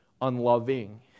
unloving